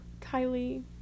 Kylie